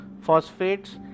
phosphates